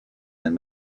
and